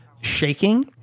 shaking